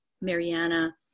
Mariana